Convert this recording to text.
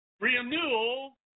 renewal